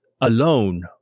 alone